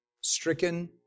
stricken